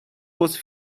was